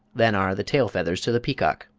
than are the tail feathers to the peacock.